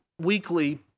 weekly